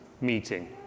meeting